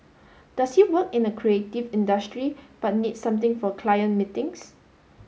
does he work in a creative industry but needs something for client meetings